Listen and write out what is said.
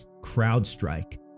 CrowdStrike